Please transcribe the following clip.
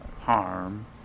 harm